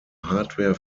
hardware